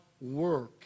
work